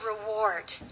reward